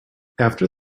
after